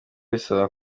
bisaba